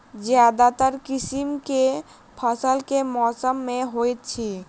ज्यादातर किसिम केँ फसल केँ मौसम मे होइत अछि?